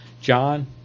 John